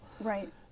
Right